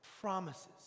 promises